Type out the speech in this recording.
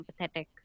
empathetic